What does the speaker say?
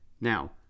Now